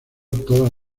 todas